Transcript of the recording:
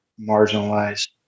marginalized